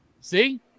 see